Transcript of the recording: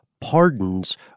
pardons